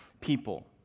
people